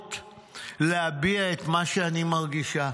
מצליחות להביע את מה שאני מרגישה'.